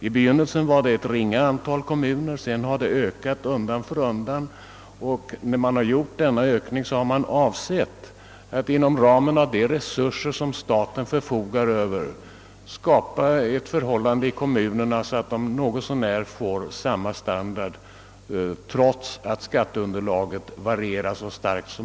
I begynnelsen berördes ett ringa antal kommuner, men det har ökats undan för undan. Avsikten har varit att inom ramen av de resurser staten förfogar över skapa ett sådant förhållande i kommunerna att dessa får något så när samma standard trots att skatteunderlaget varierar så starkt.